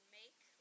make